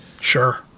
sure